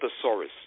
thesaurus